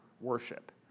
worship